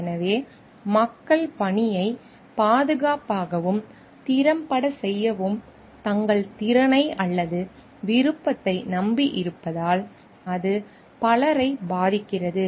எனவே மக்கள் பணியை பாதுகாப்பாகவும் திறம்பட செய்யவும் தங்கள் திறனை அல்லது விருப்பத்தை நம்பியிருப்பதால் அது பலரை பாதிக்கிறது